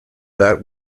that